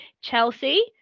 Chelsea